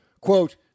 quote